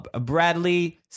Bradley